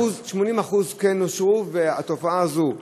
80% כן אושרו, והתופעה הזאת,